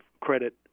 credit